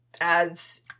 adds